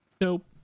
Nope